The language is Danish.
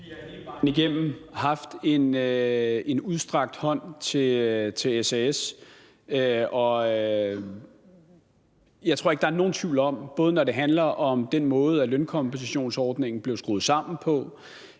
Vi har hele vejen igennem givet en udstrakt hånd til SAS. Jeg tror ikke, at der er nogen tvivl om – både når man ser på den måde, som lønkompensationsordning blev skruet sammen på,